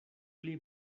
pli